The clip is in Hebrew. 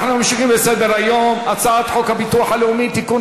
אנחנו ממשיכים בסדר-היום: הצעת חוק הביטוח הלאומי (תיקון,